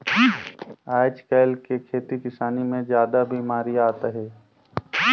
आयज कायल के खेती किसानी मे जादा बिमारी आत हे